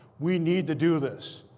we need to do this,